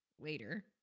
later